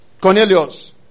Cornelius